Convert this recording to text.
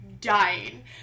dying